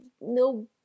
no